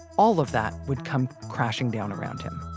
all of that would come crashing down around him.